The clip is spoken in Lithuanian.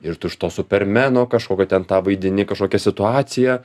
ir tu iš to supermeno kažkokio ten tą vaidini kažkokią situaciją